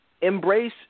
embrace